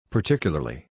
Particularly